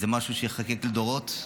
זה משהו שייחקק לדורות,